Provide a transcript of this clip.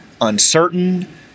uncertain